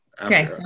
Okay